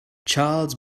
charles